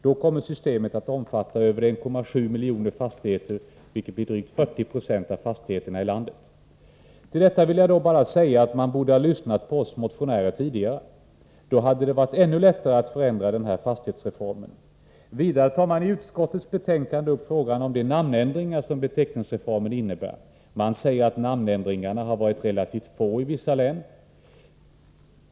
Då kommer systemet att omfatta över 1,7 miljoner fastigheter, vilket blir drygt 40 96 av fastigheterna i landet. Till detta vill jag då bara säga att man borde ha lyssnat på oss motionärer tidigare. Det hade då varit ännu lättare att förändra den här fastighetsreformen. Vidare tar man i utskottets betänkande upp frågan om de namnändringar som beteckningsreformen innebär. Man säger att namnändringarna har varit relativt få i vissa län.